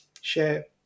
share